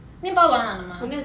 面包软软的嘛